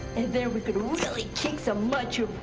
then we can really kick some muncher